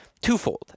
twofold